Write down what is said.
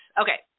Okay